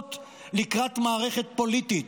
ההשמצות לקראת מערכת פוליטית.